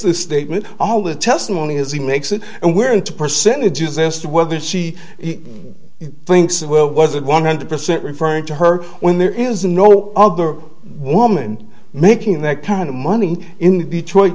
the statement all the testimony as he makes it and we're into percentages asked whether she thinks well wasn't one hundred percent referring to her when there is no other woman making that kind of money in detroit